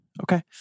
okay